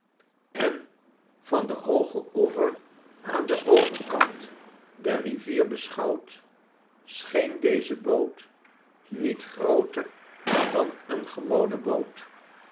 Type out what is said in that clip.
en van den hoogen oever aan den overkant der rivier beschouwd scheen deze boot niet grooter dan een gewone boot